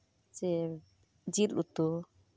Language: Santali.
ᱥᱮ ᱡᱮᱹᱞ ᱩᱛᱩ